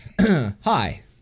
hi